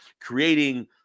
creating